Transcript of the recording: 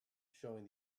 showing